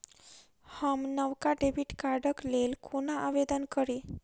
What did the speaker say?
हम नवका डेबिट कार्डक लेल कोना आवेदन करी?